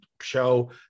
show